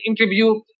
interview